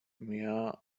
mai